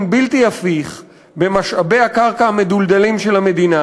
בלתי הפיך במשאבי הקרקע המדולדלים של המדינה,